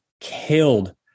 killed